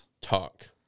Talk